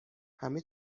همه